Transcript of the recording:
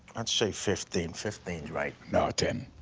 i'd say fifteen, fifteen's right. no, ten.